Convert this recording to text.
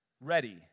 Ready